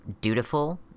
dutiful